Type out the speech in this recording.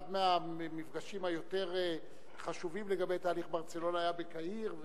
אחד המפגשים היותר חשובים לגבי תהליך ברצלונה היה בקהיר.